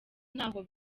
ntaho